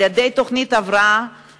על-ידי תוכנית הבראה,